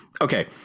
okay